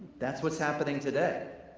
that's what's happening today.